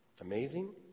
amazing